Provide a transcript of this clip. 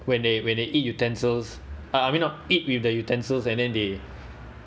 when they when they eat utensils uh I mean not eat with the utensils and then they